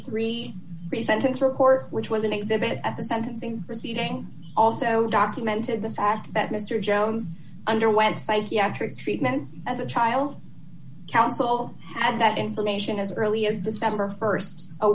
three resentence report which was an exhibit at the sentencing proceeding also documented the fact that mr jones underwent psychiatric treatment as a trial counsel had that information as early as december st a